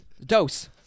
Dose